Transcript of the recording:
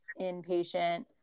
inpatient